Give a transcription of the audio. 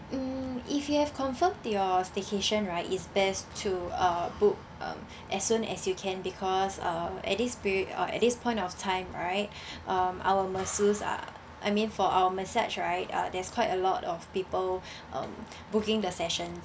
mm if you have confirm your staycation right it's best to uh book um as soon as you can because uh at this period uh at this point of time right um our masseuse are I mean for our massage right uh there's quite a lot of people um booking the session